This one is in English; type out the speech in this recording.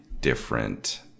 different